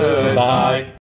Goodbye